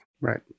Right